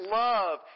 love